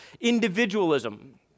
individualism